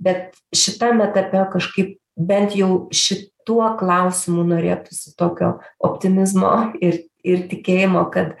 bet šitam etape kažkaip bent jau šituo klausimu norėtųsi tokio optimizmo ir ir tikėjimo kad